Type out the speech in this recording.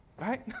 right